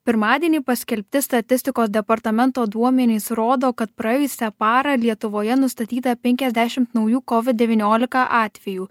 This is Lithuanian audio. pirmadienį paskelbti statistikos departamento duomenys rodo kad praėjusią parą lietuvoje nustatyta penkiasdešimt naujų kovid devyniolika atvejų